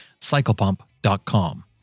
CyclePump.com